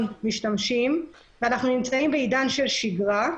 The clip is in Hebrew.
משתמשים ואנחנו נמצאים בעידן של שגרה,